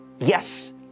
Yes